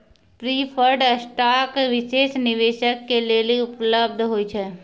preferred stock विशेष निवेशक के लेली उपलब्ध होय छै